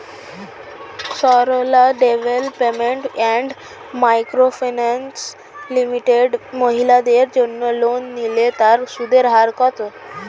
Sarala development and micro finance limited মহিলাদের জন্য loan নিলে তার সুদের হার কত?